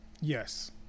Yes